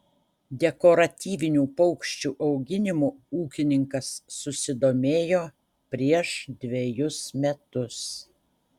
dekoratyvinių paukščių auginimu ūkininkas susidomėjo prieš dvejus metus